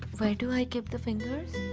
where do i keep the fingers?